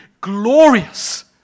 glorious